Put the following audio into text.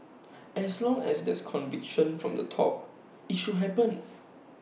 as long as there's conviction from the top IT should happen